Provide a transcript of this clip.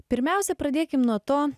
pirmiausia pradėkim nuo to